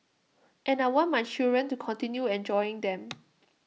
and I want my children to continue enjoying them